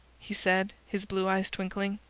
he said, his blue eyes twinkling.